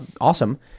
awesome